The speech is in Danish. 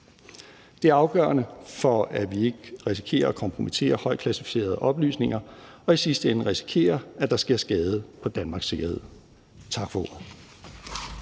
Det er afgørende for, at vi ikke risikerer at kompromittere højtklassificerede oplysninger og i sidste ende risikerer, at der sker skade på Danmarks sikkerhed. Tak for ordet.